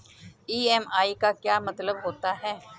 EMI का क्या मतलब होता है?